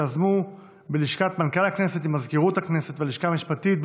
שיזמו בלשכת מנכ"ל הכנסת עם מזכירות הכנסת והלשכה המשפטית,